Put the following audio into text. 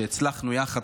שהצלחנו יחד,